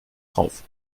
drauf